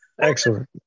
Excellent